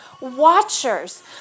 watchers